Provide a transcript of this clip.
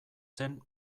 zen